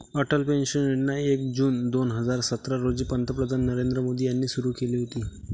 Atal pension Yojana एक जून दोन हजार सतरा रोजी पंतप्रधान नरेंद्र मोदी यांनी सुरू केली होती